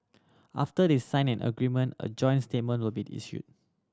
after they sign an agreement a joint statement will be issued